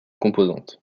composante